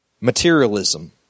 Materialism